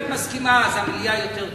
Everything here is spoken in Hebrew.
אם את מסכימה, דיון במליאה יותר טוב.